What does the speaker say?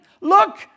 Look